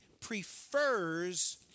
prefers